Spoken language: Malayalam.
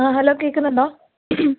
ആ ഹലോ കേൾക്കുന്നുണ്ടോ